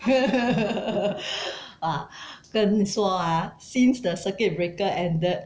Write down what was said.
!wah! 跟你说 ah since the circuit breaker ended